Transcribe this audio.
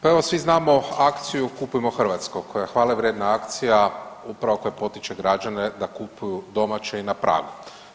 Pa evo, svi znamo akciju Kupujmo hrvatsko, koja je hvalevrijedna akcija upravo koja potiče građane da kupuju domaće i na pragu.